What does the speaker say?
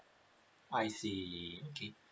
I see okay